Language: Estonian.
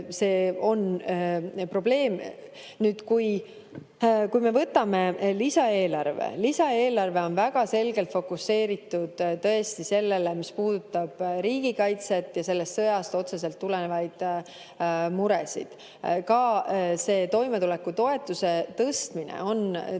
See on probleem. Kui me võtame lisaeelarve, siis lisaeelarve on väga selgelt fokuseeritud tõesti sellele, mis puudutab riigikaitset ja sellest sõjast otseselt tulenevaid muresid. Ka see toimetulekutoetuse tõstmine on tõesti